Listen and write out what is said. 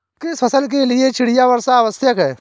किस फसल के लिए चिड़िया वर्षा आवश्यक है?